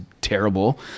terrible